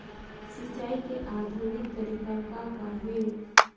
सिचाई के आधुनिक तरीका का का हे?